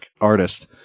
artist